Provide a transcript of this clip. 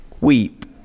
Weep